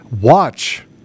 watch